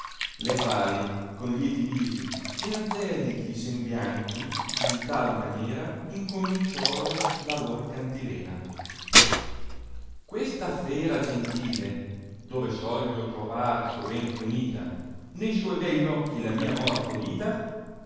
le quali con lieti visi e angelichi sembianti in tal maniera incominciorono la lor cantilena questa fera geirtile dove soglio trovar sovente unita ne suoi begli occhi la mia morte e vita